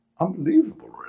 Unbelievable